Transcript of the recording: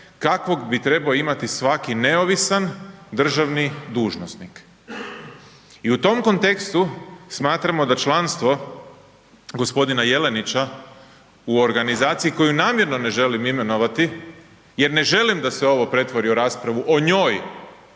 kakvog bi trebo imati svaki neovisan državni dužnosnik. I u tom kontekstu smatramo da članstvo g. Jelenića u organizaciji koju namjerno ne želim imenovati jer ne želim da se ovo pretvori u raspravu o njoj